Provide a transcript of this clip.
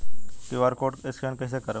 हम QR code scan कइसे करब?